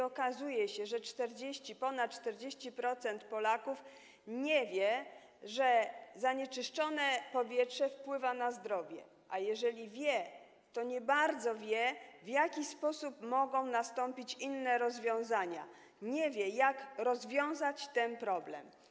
Okazuje się, że ponad 40% Polaków nie wie, że zanieczyszczone powietrze wpływa na zdrowie, a jeżeli wie, to nie bardzo wie, w jaki sposób mogą wprowadzić inne rozwiązania, nie wie, jak rozwiązać ten problem.